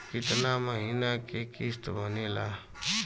कितना महीना के किस्त बनेगा?